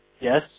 yes